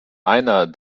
einer